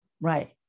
right